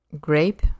grape